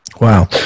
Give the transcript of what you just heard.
Wow